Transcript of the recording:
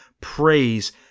praise